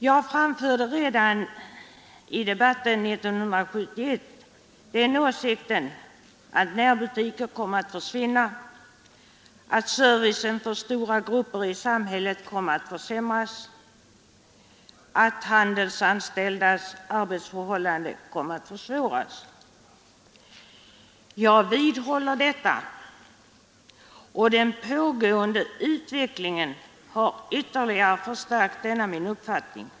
Jag framförde redan i debatten 1971 den åsikten att närbutikerna kommer att försvinna, att servicen för stora grupper i samhället kommer att försämras och att de handelsanställdas arbetsförhållanden kommer att försvåras. Jag vidhåller detta, och den pågående utvecklingen har ytterligare förstärkt denna min uppfattning.